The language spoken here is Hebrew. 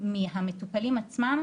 מהטופלים עצמם?